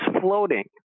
floating